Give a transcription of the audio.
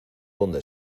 dónde